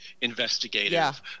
investigative